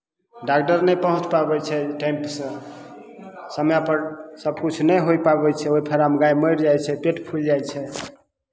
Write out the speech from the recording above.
doctor नहि पहुँच पाबै छै टाइमसे समयपर सबकिछु नहि होइ पाबै छै ओहि फेरामे गाइ मरि जाइ छै पेट फुलि जाइ छै